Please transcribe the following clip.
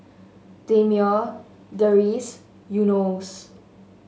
Damia Deris Yunos